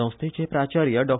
संस्थेचे प्राचार्य डॉ